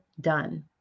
done